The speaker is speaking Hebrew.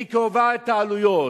והיא קובעת את העלויות,